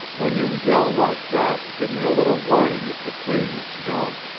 when you yell like that give me a little warning if you please, jean,